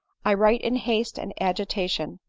i write in haste and agitation,